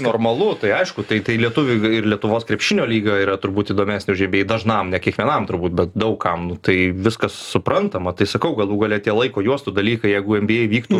normalu tai aišku tai tai lietuviui ir lietuvos krepšinio lyga yra turbūt įdomesnė už nba dažnam ne kiekvienam turbūt bet daug kam tai viskas suprantama tai sakau galų gale tie laiko juostų dalykai jeigu nba vyktų